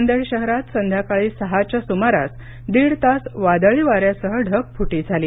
नांदेड शहरात संध्याकाळी सहाच्या सुमारास दिड तास वादळी वाऱ्यासह ढग फुटी झाली